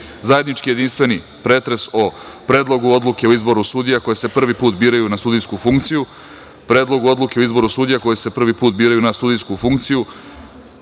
bilja; Zajednički jedinstveni pretres o: Predlogu odluke o izboru sudija kojise prvi put biraju na sudijsku funkciju,